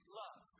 love